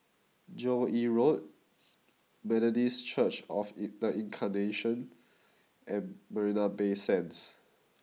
Joo Yee Road Methodist Church of the Incarnation and Marina Bay Sands